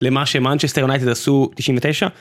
למה שמאנצ'סטר יונייטד עשו תשעים ותשע